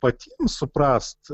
patiem suprast